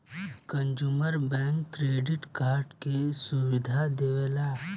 consumer bank credit card के सुविधा देवेला